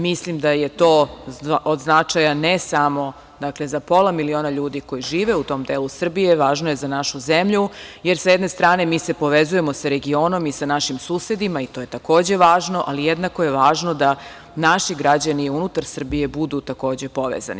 Mislim da je to od značaja ne samo za pola miliona ljudi koji žive u tom delu Srbije, važno je za našu zemlju, jer sa jedne strane se povezujemo sa regionom i sa našim susedima i to je takođe važno, ali jednako je važno da naši građani unutar Srbije budu takođe povezani.